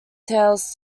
tales